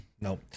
Nope